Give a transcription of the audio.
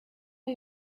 are